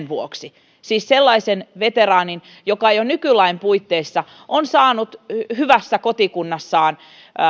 vuoksi siis sellaisen veteraanin joka jo nykylain puitteissa on saanut hyvässä kotikunnassaan